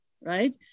right